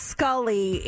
Scully